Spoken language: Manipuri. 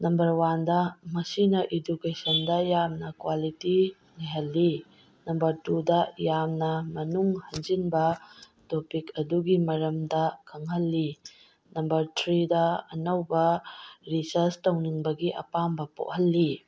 ꯅꯝꯕꯔ ꯋꯥꯟꯗ ꯃꯁꯤꯅ ꯏꯗꯨꯀꯦꯁꯟꯗ ꯌꯥꯝꯅ ꯀ꯭ꯋꯥꯂꯤꯇꯤ ꯂꯩꯍꯜꯂꯤ ꯅꯝꯕꯔ ꯇꯨꯗ ꯌꯥꯝꯅ ꯃꯅꯨꯡ ꯍꯟꯖꯤꯟꯕ ꯇꯣꯄꯤꯛ ꯑꯗꯨꯒꯤ ꯃꯔꯝꯗ ꯈꯪꯍꯜꯂꯤ ꯅꯝꯕꯔ ꯊ꯭ꯔꯤꯗ ꯑꯅꯧꯕ ꯔꯤꯁꯔꯁ ꯇꯧꯅꯤꯡꯕꯒꯤ ꯑꯄꯥꯝꯕ ꯄꯣꯛꯍꯟꯂꯤ